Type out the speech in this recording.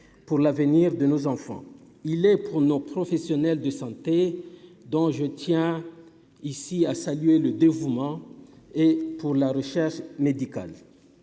pour l'avenir de nos enfants, il est. Oh non, professionnels de santé, dont je tiens ici à saluer le dévouement et pour la région. Médical